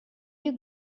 you